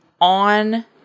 on